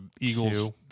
Eagles